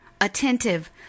attentive